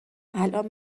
الان